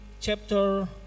chapter